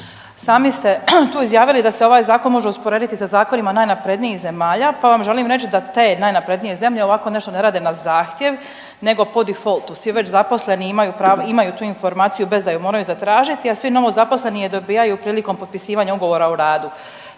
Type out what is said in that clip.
Sami ste tu izjavili da se ovaj zakon može usporediti sa zakonima najnaprednijih zemalja pa vam želim reći da te najnaprednije zemlje ovako nešto ne rade na zahtjev nego po difoltu. Svi već zaposleni imaju pravo, imaju tu informaciju bez da ju moraju zatražiti, a svi novozaposleni je dobijaju prilikom potpisivanja ugovora o radu.